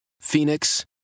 Phoenix